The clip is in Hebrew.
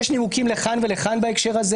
יש נימוקים לכאן ולכאן בהקשר הזה,